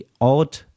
odd